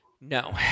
No